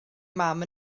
mam